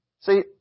See